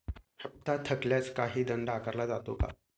हप्ता थकल्यास काही दंड आकारला जातो का?